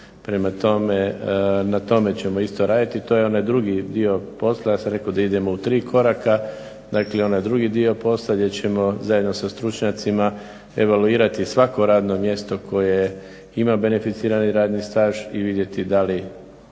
Prema tome, na tome ćemo isto raditi. To je onaj drugi dio posla. Ja sam rekao da idemo u tri koraka. Dakle, onaj drugi dio posla gdje ćemo zajedno sa stručnjacima evaluirati svako radno mjesto koje ima beneficirani radni staž i vidjeti da li